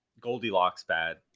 Goldilocks-bad